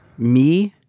me,